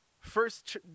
First